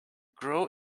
grow